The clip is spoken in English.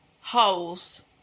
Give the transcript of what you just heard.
holes